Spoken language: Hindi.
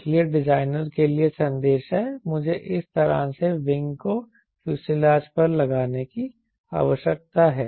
इसलिए डिजाइनर के लिए संदेश है मुझे इस तरह से विंग को फ्यूज़लेज पर लगाने की आवश्यकता है